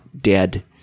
dead